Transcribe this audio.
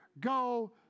Go